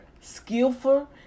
skillful